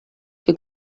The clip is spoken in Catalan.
que